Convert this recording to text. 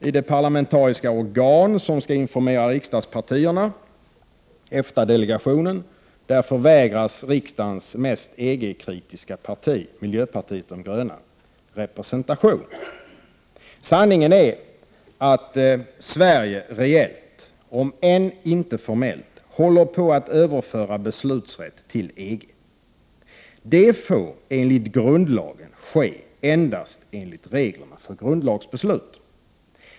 I det parlamentariska organ som skall informera riksdagspartierna, EFTA-delegationen, förvägras riksdagens mest EG-kritiska parti, miljöpartiet de gröna, representation. Sanningen är att Sverige reellt, om än inte formellt, håller på att överföra beslutsrätt till EG. Det får enligt grundlagen ske endast enligt reglerna för grundlagsbeslut.